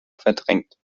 verdrängt